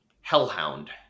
hellhound